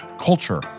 culture